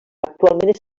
actualment